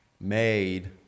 made